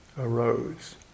arose